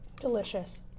Delicious